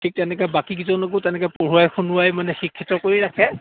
ঠিক তেনেকে বাকীকেইজনকো তেনেকে পঢ়োৱাই শুনোৱাই মানে শিক্ষিত কৰি ৰাখে